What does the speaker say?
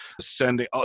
sending